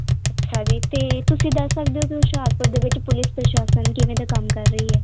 ਅੱਛਾ ਜੀ ਤੇ ਤੁਸੀਂ ਦੱਸ ਸਕਦੇ ਹੋ ਕਿ ਹੁਸ਼ਿਆਰਪੁਰ ਦੇ ਵਿੱਚ ਪੁਲਿਸ ਪ੍ਰਸ਼ਾਸਨ ਕਿਵੇਂ ਦਾ ਕੰਮ ਕਰ ਰਹੀ ਹੈ